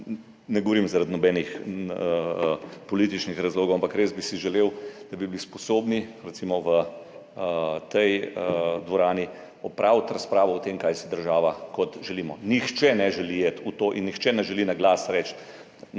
Ne govorim iz kakršnih koli političnih razlogov, ampak res bi si želel, da bi bili sposobni, recimo, v tej dvorani opraviti razpravo o tem, kaj si kot država želimo. Nihče ne želi iti v to in nihče ne želi na glas reči,